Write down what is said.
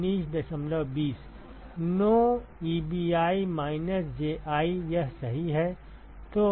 No Ebi minus Ji यह सही है